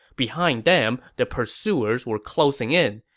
behind them, the pursuers were closing in.